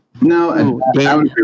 No